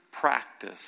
practice